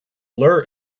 lure